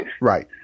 Right